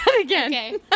again